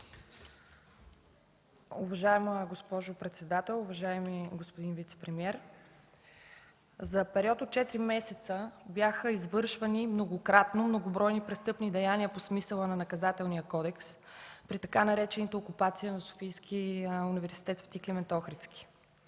Уважаема госпожо председател! Уважаеми господин вицепремиер, за период от четири месеца бяха извършвани многократно многобройни престъпни деяния по смисъла на Наказателния кодекс при така наречената „окупация” на Софийския университет „Св. Климент Охридски”.